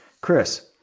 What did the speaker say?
Chris